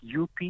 up